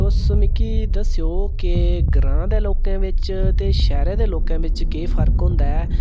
तुस मिकी दस्सओ कि ग्रां दे लोकें च ते शहरें दे लोके बिच्च केह् फर्क होंदा ऐ